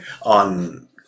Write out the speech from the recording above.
on